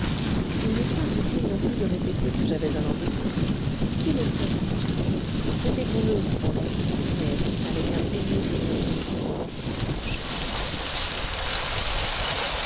il n'est pas utile non plus de répéter que j'avais un an de plus qui le sait répétons-le cependant mais avec un pénible murmure je n'avais qu'un an de plus